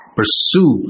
pursue